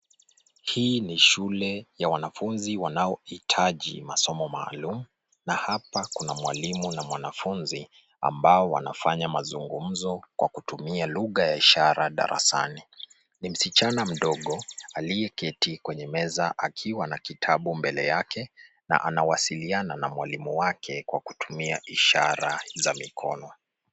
Hii ni shule ya wanafunzi wanaoitaji masomo maalum ,na hapa kuna mwalimu na mwanafunzi ambao wanafanya mazugumzo kwa kutumia lugha ya ishara darasani. Ni msichana mdogo aliyeketi kwenye meza akiwa na kitabu mbele yake na anawasiliana na mwalimu wake kwa kutumia ishara za mikono.